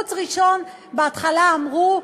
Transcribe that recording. תירוץ ראשון, בהתחלה אמרו: